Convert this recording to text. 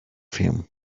him